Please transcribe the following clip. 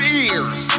ears